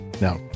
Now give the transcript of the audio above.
now